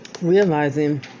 realizing